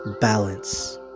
balance